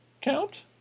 count